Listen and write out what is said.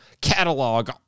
catalog